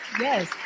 Yes